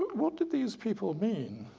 what did these people mean?